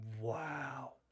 wow